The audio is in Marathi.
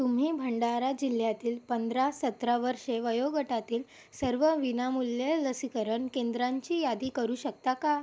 तुम्ही भंडारा जिल्ह्यातील पंधरा सतरा वर्षे वयोगटातील सर्व विनामूल्य लसीकरण केंद्रांची यादी करू शकता का